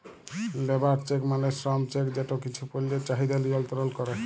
labour check মালে শ্রম check যেট কিছু পল্যের চাহিদা লিয়লত্রল ক্যরে